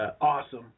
awesome